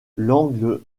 l’angle